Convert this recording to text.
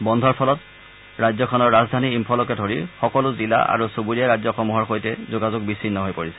বন্ধৰ ফলত ৰাজ্যখনৰ ৰাজধানী চহৰ ইম্ফলকে ধৰি সকলোবোৰ জিলা আৰু চুবুৰীয়া ৰাজ্যসমূহৰ সৈতেও যোগাযোগ বিচ্ছিন্ন হৈ পৰিছে